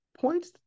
points